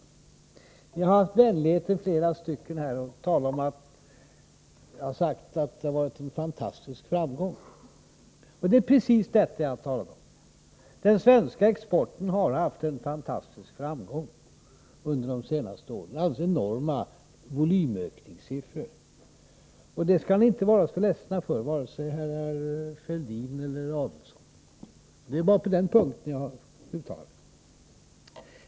Flera talare har haft vänligheten att säga att det har varit fantastiska framgångar, Det är precis det jag talar om — den svenska exporten har haft fantastiska framgångar under de senaste åren. Det har varit enorma volymökningssiffror. Detta skall ni inte vara så ledsna för, varken herr Fälldin eller herr Adelsohn. Det är bara på den punkten som jag uttalar detta.